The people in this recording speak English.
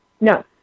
No